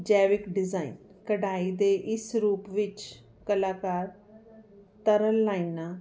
ਜੈਵਿਕ ਡਿਜਾਈਨ ਕਢਾਈ ਦੇ ਇਸ ਰੂਪ ਵਿੱਚ ਕਲਾਕਾਰ ਤਰਲ ਲਾਈਨਾਂ